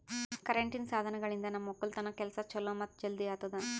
ಕರೆಂಟಿನ್ ಸಾಧನಗಳಿಂದ್ ನಮ್ ಒಕ್ಕಲತನ್ ಕೆಲಸಾ ಛಲೋ ಮತ್ತ ಜಲ್ದಿ ಆತುದಾ